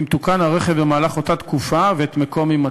אם תוקן הרכב במהלך אותה תקופה ואת מקום הימצאו.